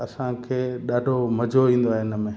असांखे ॾाढो ईंदो आहे इन में